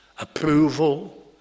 approval